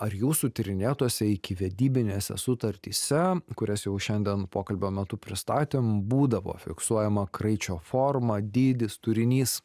ar jūsų tyrinėtuose ikivedybinėse sutartyse kurias jau šiandien pokalbio metu pristatėm būdavo fiksuojama kraičio forma dydis turinys